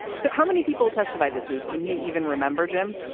so how many people testify this week? can you even remember, jim?